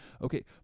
okay